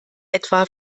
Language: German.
etwa